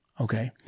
Okay